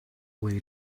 way